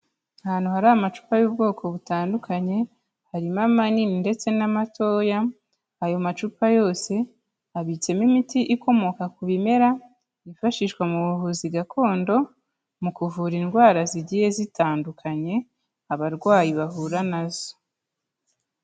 Ahantu hari amacupa y'ubwoko butandukanye, harimo manini ndetse n'amatoya, ayo macupa yose abitsemo imiti ikomoka ku bimera byifashishwa mu buvuzi gakondo, mu kuvura indwara zigiye zitandukanye abarwayi bahura na zo.